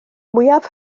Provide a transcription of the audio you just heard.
mwyaf